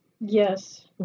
Yes